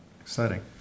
exciting